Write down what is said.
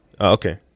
okay